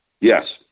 Yes